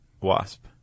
wasp